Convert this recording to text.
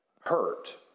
hurt